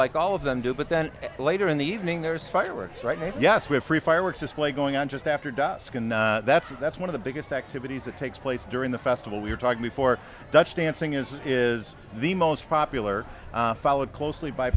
like all of them do but then later in the evening there's fireworks right yes we're free fireworks display going on just after dusk and that's that's one of the biggest activities that takes place during the festival we're talking before such dancing is is the most popular followed closely by